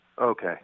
Okay